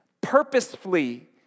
purposefully